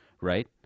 right